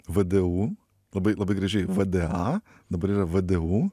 vdu labai labai gražiai vda dabar yra vdu